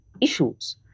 issues